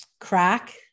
crack